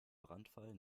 brandfall